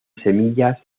semillas